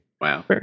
Wow